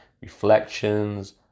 reflections